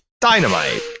dynamite